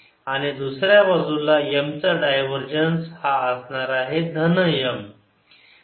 आणि दुसऱ्या बाजूला M चा डायवरजन्स हा असणार आहे धन M